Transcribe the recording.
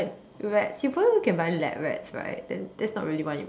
rats you probably can buy lab rats right then that's not really what you want